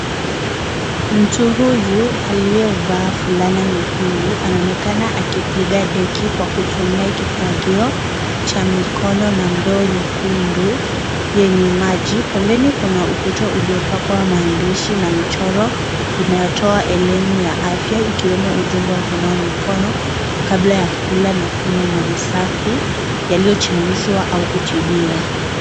Mtu huyu aliyevaa fulana nyekundu anaonekana akipiga deki kwa kutumia kifagio cha mikono, na ndoo nyekundu yenye maji. Pembeni kuna ukuta uliopakwa maandishi na michoro inayotoa elimu ya afya ikiwemo ujumbe wa kunawa mikono, kabla ya kula na kunywa maji safi yaliyochemshwa au kutibiwa.